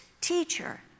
teacher